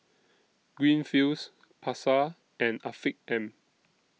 Greenfields Pasar and Afiq M